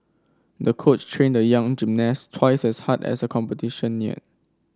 the coach trained the young gymnast twice as hard as the competition neared